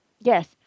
Yes